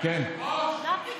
מה פתאום.